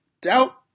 doubt